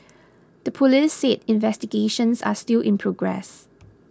the police said investigations are still in progress